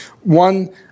one